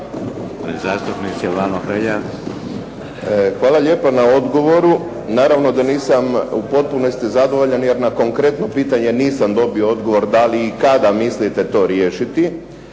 Hvala lijepo na odgovoru. Naravno da nisam u potpunosti zadovoljan, jer na konkretno pitanje nisam dobio odgovor da li i kada mislite to riješiti.